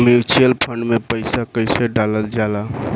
Mutual fund मे पईसा कइसे डालल जाला?